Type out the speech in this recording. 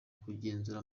kugenzura